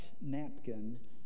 napkin